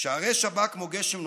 // כשהרשע בא כמו גשם נופל,